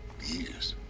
years